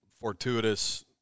fortuitous